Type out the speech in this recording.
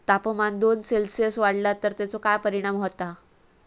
तापमान दोन सेल्सिअस वाढला तर तेचो काय परिणाम होता?